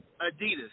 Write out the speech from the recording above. Adidas